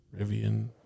Rivian